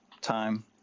time